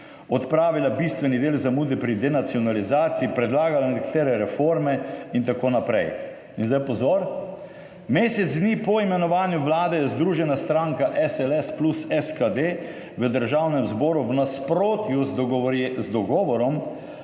odpravila bistveni del zamude pri denacionalizaciji, predlagala nekatere reforme in tako naprej. In zdaj pozor! Mesec dni po imenovanju vlade je Združena stranka SLS plus SKD v Državnem zboru v nasprotju z dogovorom